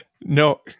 No